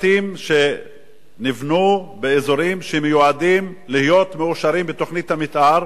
בתים שנבנו באזורים שמיועדים להיות מאושרים בתוכנית המיתאר,